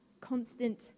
constant